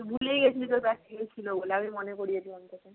ভুলেই গিয়েছিলি তোর প্র্যাকটিকাল ছিল বলে আমি মনে করিয়ে দিলাম তোকে